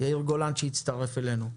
יאיר גולן, שהצטרף אלינו.